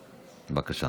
בבקשה.